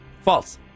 False